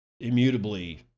immutably